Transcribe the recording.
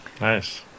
Nice